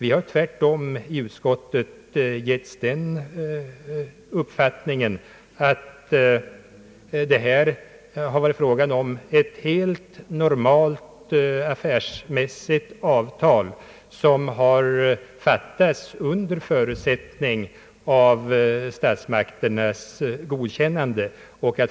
I utskottet har vi fått den uppfattningen att det här varit fråga om ett helt normalt affärsmässigt avtal, som träffats under förutsättning av statsmakternas godkännande.